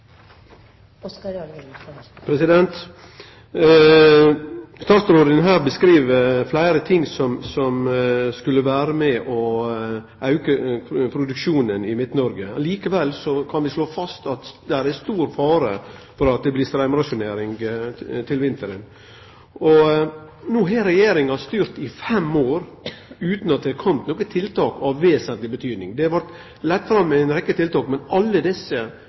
Statsråden beskriv her fleire ting som skulle vere med på å auke produksjonen i Midt-Noreg. Likevel kan vi slå fast at det er stor fare for at det blir straumrasjonering til vinteren. No har Regjeringa styrt i fem år utan at det har kome nokre tiltak av vesentleg betydning. Det vart lagt fram ei rekkje tiltak, men alle desse